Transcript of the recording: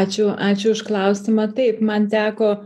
ačiū ačiū už klausimą taip man teko